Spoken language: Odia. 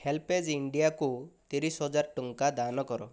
ହେଲ୍ପ ଏଜ୍ ଇଣ୍ଡିଆକୁ ତିରିଶି ହଜାର ଟଙ୍କା ଦାନ କର